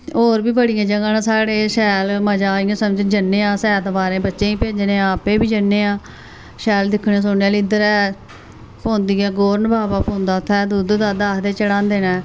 होर बी बड़ियां जगहां न साढ़े शैल मज़ा ऐ इ'यां समझो जन्ने आं अस ऐतवारें बच्चें ई भेजने आं आपें बी जन्ने आं शैल दिक्खने सुनने आह्ली इद्धर ऐ पौंदी ऐ गौरण बाबा पौंदा उ'त्थें दुद्ध दद्ध आखदे ऐ चढांदे न